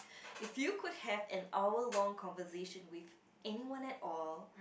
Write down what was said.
if you could have an hour long conversation with anyone at all